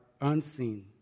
unseen